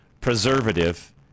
preservative